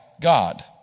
God